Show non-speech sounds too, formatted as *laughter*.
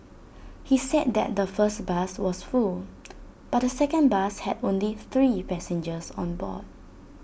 *noise* he said than the first bus was full *noise* but the second bus had only three passengers on board